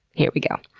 here we go.